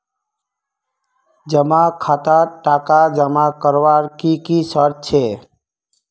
जमा खातात टका जमा करवार की की शर्त छे?